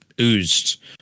oozed